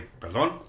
Perdón